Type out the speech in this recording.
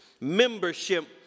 membership